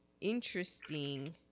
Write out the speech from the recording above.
interesting